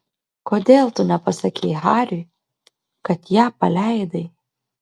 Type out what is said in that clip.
kodėl tu nepasakei hariui kad ją paleidai